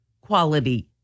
quality